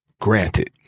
granted